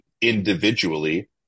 individually